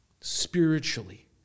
Spiritually